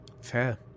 Fair